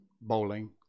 bowling